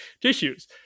tissues